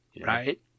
Right